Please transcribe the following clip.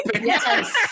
Yes